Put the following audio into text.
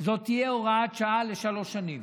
שזו תהיה הוראת שעה לשלוש שנים.